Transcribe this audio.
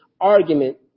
argument